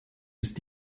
ist